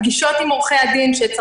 הדין עד שהפגישות עם עורכי הדין יתאפשרו.